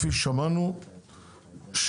כפי ששמענו,